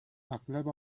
اغلب